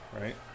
right